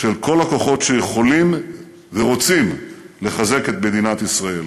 של כל הכוחות שיכולים ורוצים לחזק את מדינת ישראל.